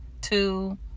two